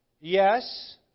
Yes